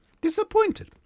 Disappointed